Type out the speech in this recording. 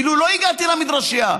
אילו לא הגעתי למדרשייה.